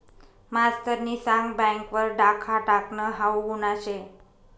मास्तरनी सांग बँक वर डाखा टाकनं हाऊ गुन्हा शे